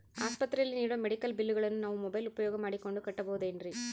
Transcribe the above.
ಆಸ್ಪತ್ರೆಯಲ್ಲಿ ನೇಡೋ ಮೆಡಿಕಲ್ ಬಿಲ್ಲುಗಳನ್ನು ನಾವು ಮೋಬ್ಯೆಲ್ ಉಪಯೋಗ ಮಾಡಿಕೊಂಡು ಕಟ್ಟಬಹುದೇನ್ರಿ?